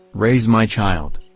raise my child!